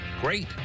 Great